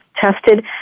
Tested